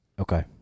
Okay